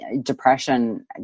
depression